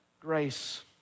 Grace